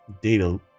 data